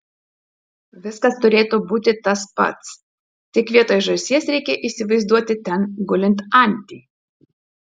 viskas turėtų būti tas pats tik vietoj žąsies reikia įsivaizduoti ten gulint antį